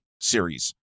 series